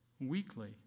weekly